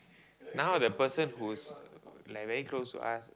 now the person who's like very close to us